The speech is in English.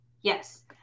Yes